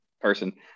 person